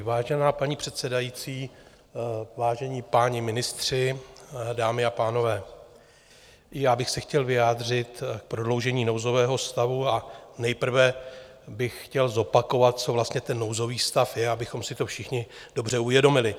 Vážená paní předsedající, vážení páni ministři, dámy a pánové, já bych se chtěl vyjádřit k prodloužení nouzového stavu a nejprve bych chtěl zopakovat, co vlastně nouzový stav je, abychom si to všichni dobře uvědomili.